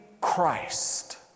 Christ